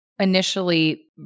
initially